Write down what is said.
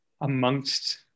amongst